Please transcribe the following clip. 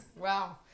Wow